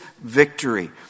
victory